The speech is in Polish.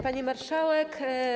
Pani Marszałek!